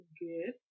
good